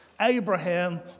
Abraham